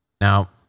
Now